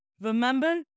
Remember